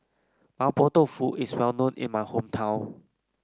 Mapo Tofu is well known in my hometown